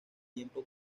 tiempo